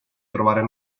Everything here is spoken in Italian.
trovare